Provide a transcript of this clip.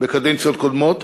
בקדנציות קודמות